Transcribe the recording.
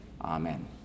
Amen